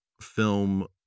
film